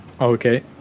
okay